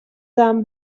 than